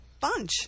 bunch